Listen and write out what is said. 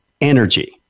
energy